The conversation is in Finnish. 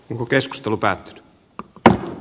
emu keskustelu päättyy tähän